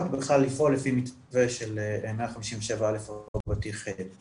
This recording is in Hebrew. בכלל לפעול לפי מתווה של 157א' רבתי (ח'),